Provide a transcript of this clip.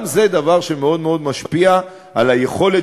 גם זה דבר שמאוד מאוד משפיע על היכולת